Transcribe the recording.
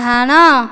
ଡାହାଣ